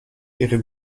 ihre